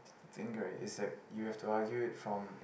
think right is that you have to argue it from